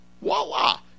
voila